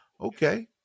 Okay